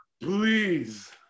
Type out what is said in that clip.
Please